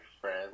friends